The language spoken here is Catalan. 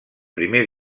primer